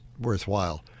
worthwhile